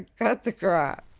cut the crap